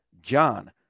John